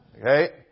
okay